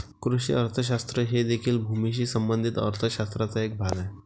कृषी अर्थशास्त्र हे देखील भूमीशी संबंधित अर्थ शास्त्राचा एक भाग आहे